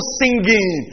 singing